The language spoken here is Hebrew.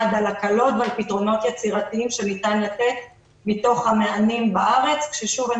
על הקלות ועל פתרונות יצירתיים שניתן לתת מתוך המענים בארץ כששוב,